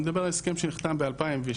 אני מדבר על ההסכם שנחתם ב-2016.